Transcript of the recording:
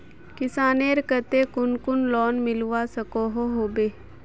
किसानेर केते कुन कुन लोन मिलवा सकोहो होबे?